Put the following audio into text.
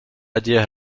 idea